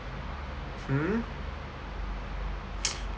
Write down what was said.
hmm